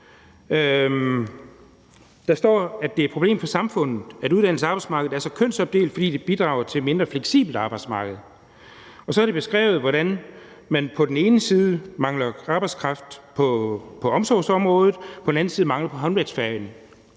Der står: »Det er et problem for samfundet, at uddannelserne og arbejdsmarkedet er så kønsopdelt, fordi det bidrager til et mindre fleksibelt arbejdsmarked«. Og så er det beskrevet, hvordan man på den ene side mangler arbejdskraft på omsorgsområdet og på den anden side mangler det i håndværksfagene.